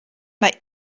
mae